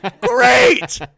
great